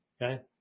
Okay